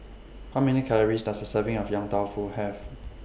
How Many Calories Does A Serving of Yong Tau Foo Have